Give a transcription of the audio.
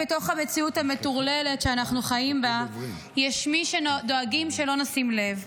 בתוך המציאות המטורללת שאנחנו חיים בה יש מי שדואגים שלא נשים לב.